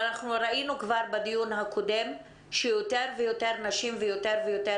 ואנחנו ראינו כבר בדיון הקודם שיותר ויותר נשים ויותר ויותר